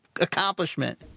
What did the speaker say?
accomplishment